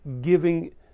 giving